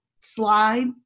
slide